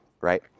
right